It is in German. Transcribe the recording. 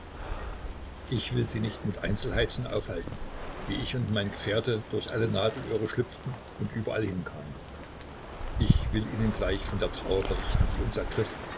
ich will sie nicht mit einzelheiten aufhalten wie ich und mein gefährte durch alle nadelöhre schlüpften und überall hinkamen ich will ihnen gleich von der trauer berichten die uns ergriff